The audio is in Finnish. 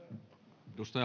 arvoisa